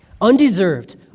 Undeserved